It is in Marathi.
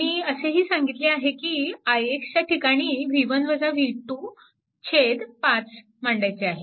मी असेही सांगितले आहे की ix च्या ठिकाणी 5 मांडायचे आहे